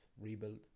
rebuild